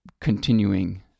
continuing